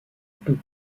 peu